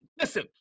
Listen